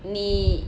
你